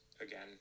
again